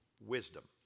wisdom